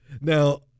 Now